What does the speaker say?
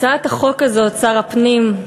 שר הפנים,